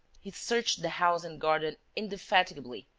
he searched the house and garden indefatigably,